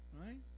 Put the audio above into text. right